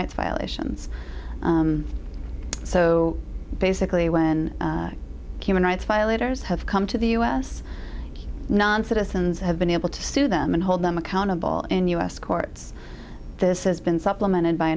rights violations so basically when human rights violators have come to the u s non citizens have been able to sue them and hold them accountable in u s courts this has been supplemented by